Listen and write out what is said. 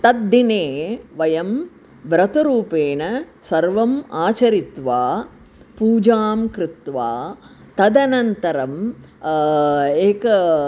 तद्दिने वयं व्रत रूपेण सर्वम् आचरित्वा पूजां कृत्वा तदनन्तरम् एक